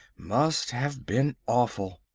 must have been awful.